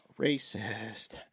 racist